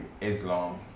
Islam